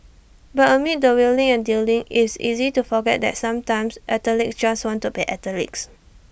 but amid the wheeling and dealing it's easy to forget that sometimes athletes just want to be athletes